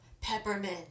peppermint